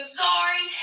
sorry